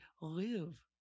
live